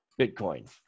Bitcoin